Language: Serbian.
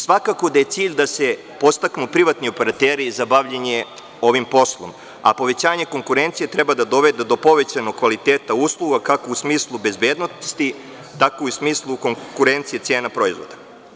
Svakako da je cilj da se podstaknu privatni operateri za bavljenje ovim poslom, a povećanje konkurencije treba da dovede do povećanog kvaliteta usluga, kako u smislu bezbednosti, tako i u smislu konkurencije cena proizvoda.